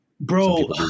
bro